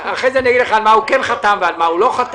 אחרי זה אני אגיד לך על מה הוא כן חתם ועל מה הוא לא חתם.